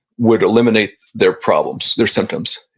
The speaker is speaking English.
would eliminate their problems, their symptoms?